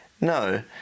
no